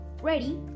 ready